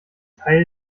teil